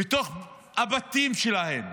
בתוך הבתים שלהם.